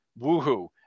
woohoo